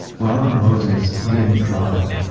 robert moses didn't drive.